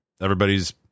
Everybody's